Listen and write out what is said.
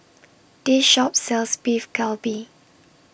This Shop sells Beef Galbi